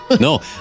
No